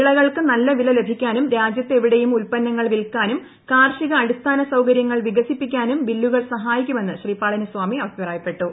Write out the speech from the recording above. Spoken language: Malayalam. വിളകൾക്ക് നല്ല വില ലഭിക്കാനും രാജ്യത്ത് എവിടെയും ഉത്പന്നങ്ങൾ വിൽക്കാനും കാർഷിക അടിസ്ഥാന സൌകര്യങ്ങൾ വികസിപ്പിക്കാനും ബില്ലുകൾ സഹായിക്കുമെന്ന് ശ്രീ പളനിസ്വാമി അഭിപ്രായപ്പെട്ടു